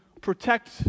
protect